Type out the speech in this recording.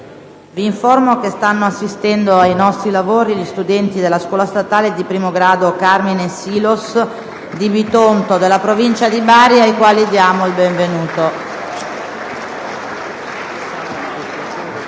vi informo che stanno assistendo ai nostri lavori gli studenti della Scuola secondaria statale di I grado «Carmine Sylos» di Bitonto, in provincia di Bari, ai quali diamo il benvenuto.